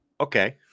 okay